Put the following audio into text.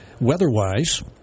weather-wise